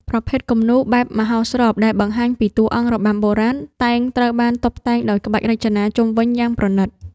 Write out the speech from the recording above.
ប្រភេទគំនូរ បែបមហោស្រព ដែលបង្ហាញពីតួអង្គរបាំបុរាណ តែងត្រូវបានតុបតែងដោយក្បាច់រចនាជុំវិញយ៉ាងប្រណីត។